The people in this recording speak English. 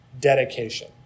dedication